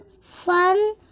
fun